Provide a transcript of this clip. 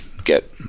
get